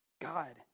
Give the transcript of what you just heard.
God